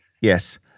Yes